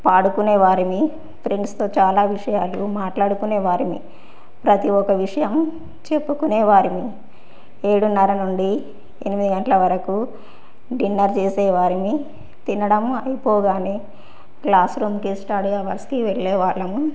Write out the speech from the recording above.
పాడుకునే వారం ఫ్రెండ్స్తో చాలా విషయాలు మాట్లాడుకునే వారం ప్రతి ఒక విషయం చెప్పుకునే వాళ్ళ ఏడున్నర నుండి ఎనిమిది గంటల వరకు డిన్నర్ చేసే వారం తినడం అయిపోగానే క్లాస్ రూమ్కి స్టడీ అవర్స్కి వెళ్ళే వాళ్ళము